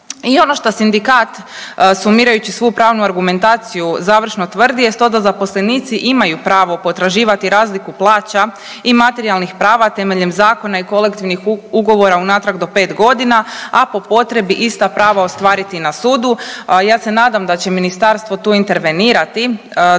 I ono šta sindikat sumirajući svu pravnu argumentaciju završno tvrdi jest to da zaposlenici imaju pravo potraživati razliku plaća i materijalnih prava temeljem zakona i kolektivnih ugovora unatrag do 5 godina, a po potrebi ista prava ostvariti na sudu. Ja se nadam da će Ministarstvo tu intervenirati,